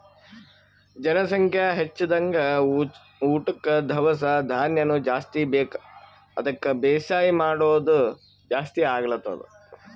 ಜನಸಂಖ್ಯಾ ಹೆಚ್ದಂಗ್ ಊಟಕ್ಕ್ ದವಸ ಧಾನ್ಯನು ಜಾಸ್ತಿ ಬೇಕ್ ಅದಕ್ಕ್ ಬೇಸಾಯ್ ಮಾಡೋದ್ ಜಾಸ್ತಿ ಆಗ್ಲತದ್